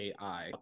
AI